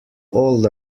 old